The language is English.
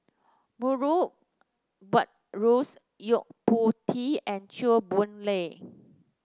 Murray Buttrose Yo Po Tee and Chew Boon Lay